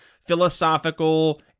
philosophical